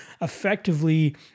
effectively